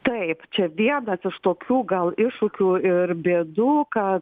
taip čia vienas iš tokių gal iššūkių ir bėdų ka